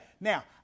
now